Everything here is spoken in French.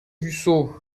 dussopt